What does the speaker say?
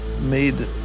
made